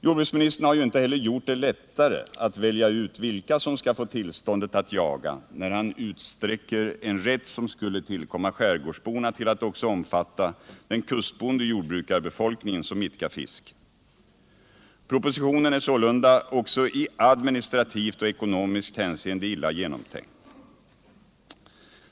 Jordbruksministern har ju inte heller gjort det lättare att välja ut vilka som skall få tillstånd att jaga, när han utsträcker en rätt som skulle tillkomma skärgårdsborna till att också omfatta den kustboende jordbrukarbefolkningen som idkar fiske. Propositionen är sålunda i administrativt och ekonomiskt hänseende illa genomtänkt.